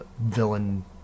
villain